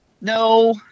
No